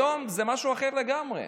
היום זה משהו אחר לגמרי.